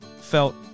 Felt